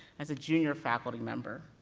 as a junior faculty member.